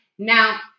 Now